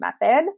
method